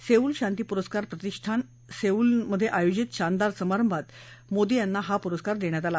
Seoul शांती पुरस्कार प्रतिष्ठानं सेऊलमधे आयोजित शानदार समारंभात मोदी यांना हा पुरस्कार दिला